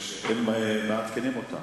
מעדכנים אותה.